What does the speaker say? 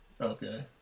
Okay